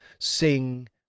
sing